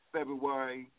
February